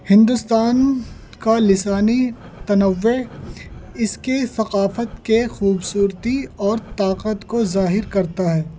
ہندوستان کا لسانی تنوعے اس کے ثقافت کے خوبصورتی اور طاقت کو ظاہر کرتا ہے